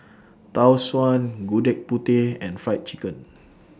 Tau Suan Gudeg Putih and Fried Chicken